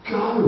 go